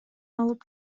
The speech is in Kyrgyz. алып